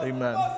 Amen